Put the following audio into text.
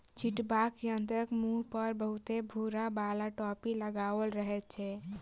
छिटबाक यंत्रक मुँह पर बहुते भूर बाला टोपी लगाओल रहैत छै